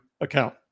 account